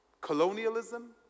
Colonialism